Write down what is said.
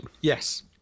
Yes